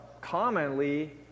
commonly